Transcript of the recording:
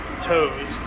toes